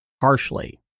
harshly